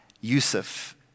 Yusuf